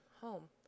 home